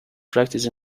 practice